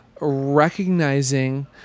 recognizing